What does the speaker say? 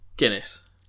Guinness